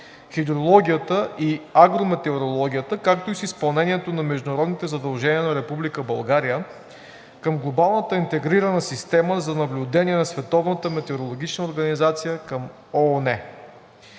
хидрологията и агрометеорологията, както и с изпълнението на международните задължения на Република България към Глобалната интегрирана система за наблюдение на Световната